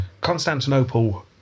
Constantinople